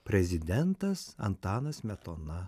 prezidentas antanas smetona